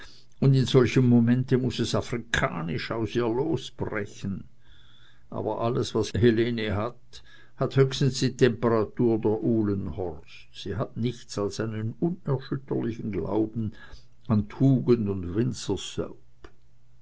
und in solchem momente muß es afrikanisch aus ihr losbrechen aber alles was helene hat hat höchstens die temperatur der uhlenhorst sie hat nichts als einen unerschütterlichen glauben an tugend und